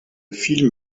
film